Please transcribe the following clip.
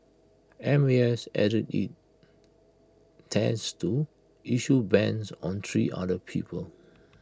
M A S added IT tends to issue bans on three other people